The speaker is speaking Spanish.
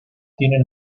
tienen